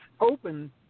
open